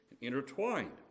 intertwined